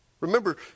Remember